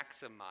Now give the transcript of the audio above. maximize